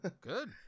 Good